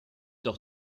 doch